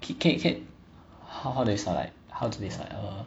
can can how to decide like how to decide err